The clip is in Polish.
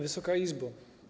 Wysoka Izbo!